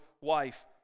wife